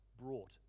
brought